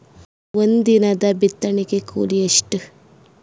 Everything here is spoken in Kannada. ಒಂದಿನದ ಬಿತ್ತಣಕಿ ಕೂಲಿ ಎಷ್ಟ?